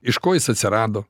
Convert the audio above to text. iš ko jis atsirado